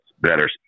better